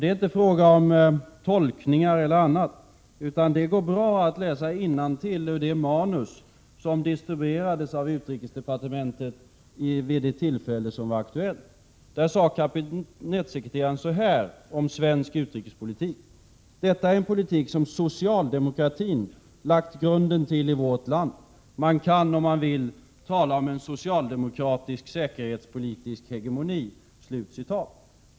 Det är inte fråga om tolkningar eller annat, utan det går bra att läsa innantill ur det manus som distribuerades av utrikesdepartementet vid det aktuella tillfället. Där sade kabinettssekreteraren följande om svensk utrikespolitik: Detta är en politik som socialdemokratin lagt grunden till i vårt land. Man kan om man vill tala om en socialdemokratisk säkerhetspolitisk hegemoni.